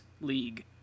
league